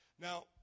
Now